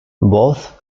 both